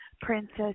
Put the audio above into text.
Princess